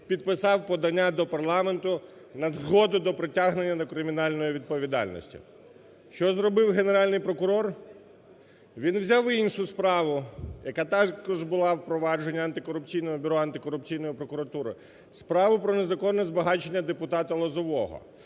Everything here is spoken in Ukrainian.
підписав подання до парламенту на згоду до притягнення до кримінальної відповідальності. Що зробив Генеральний прокурор? Він взяв іншу справу, яка також була в проваджені Антикорупційного бюро Антикорупційної прокуратури, справу про незаконне збагачення депутата Лозового.